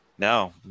No